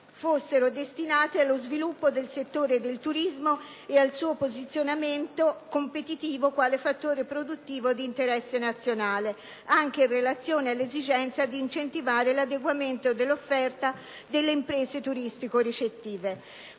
fossero destinate allo sviluppo del settore del turismo e al suo posizionamento competitivo quale fattore produttivo di interesse nazionale, anche in relazione all'esigenza di incentivare l'adeguamento dell'offerta delle imprese turistico-ricettive.